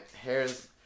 hair's